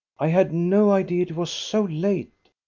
i had no idea it was so late!